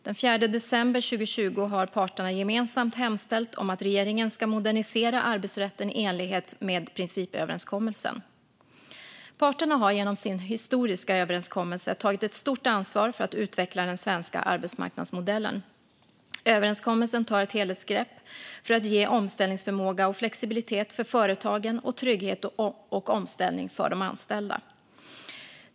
Den 4 december 2020 hemställde parterna gemensamt om att regeringen ska modernisera arbetsrätten i enlighet med principöverenskommelsen. Parterna har genom sin historiska överenskommelse tagit ett stort ansvar för att utveckla den svenska arbetsmarknadsmodellen. Överenskommelsen tar ett helhetsgrepp för att ge omställningsförmåga och flexibilitet för företagen och trygghet och omställning för de anställda.